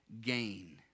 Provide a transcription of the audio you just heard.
gain